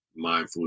mindfully